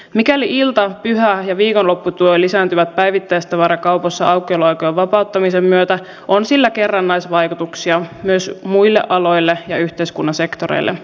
mikäli ilta pyhä ja viikonlopputyö lisääntyvät päivittäistavarakaupassa aukioloaikojen vapauttamisen myötä on sillä kerrannaisvaikutuksia myös muille aloille ja yhteiskunnan sektoreille